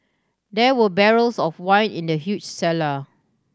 there were barrels of wine in the huge cellar